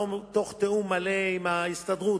תוך תיאום מלא עם ההסתדרות,